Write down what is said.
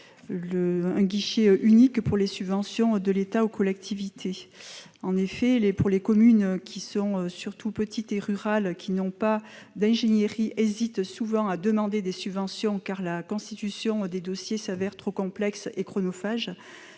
un guichet unique pour les subventions de l'État aux collectivités. Les communes, surtout lorsqu'elles sont petites et rurales, qui n'ont pas d'ingénierie hésitent souvent à demander des subventions, car la constitution des dossiers se révèle trop complexe et chronophage.